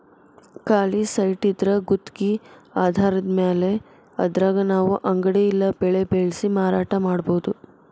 ಖಾಲಿ ಸೈಟಿದ್ರಾ ಗುತ್ಗಿ ಆಧಾರದ್ಮ್ಯಾಲೆ ಅದ್ರಾಗ್ ನಾವು ಅಂಗಡಿ ಇಲ್ಲಾ ಬೆಳೆ ಬೆಳ್ಸಿ ಮಾರಾಟಾ ಮಾಡ್ಬೊದು